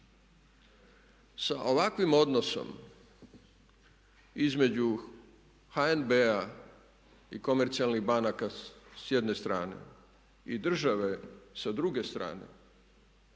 Sa ovakvim odnosom između HNB-a i komercijalnih banaka s jedne strane i države sa druge strane